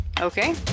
Okay